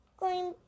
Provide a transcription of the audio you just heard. green